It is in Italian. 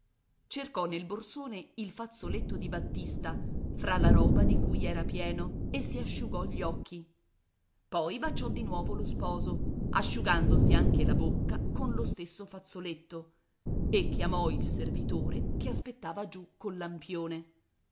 cercò nel borsone il fazzoletto di battista fra la roba di cui era pieno e si asciugò gli occhi poi baciò di nuovo lo sposo asciugandosi anche la bocca con lo stesso fazzoletto e chiamò il servitore che aspettava giù col lampione